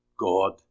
God